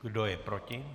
Kdo je proti?